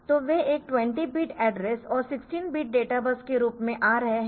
तो वे एक 20 बिट एड्रेस और 16 बिट डेटा बस के रूप में आ रहे है